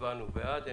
הצבעה בעד 2 נגד,